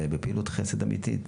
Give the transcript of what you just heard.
בפעילות חסד אמיתית.